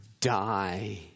die